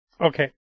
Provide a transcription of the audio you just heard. Okay